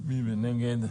מי נגד?